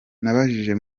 nabajije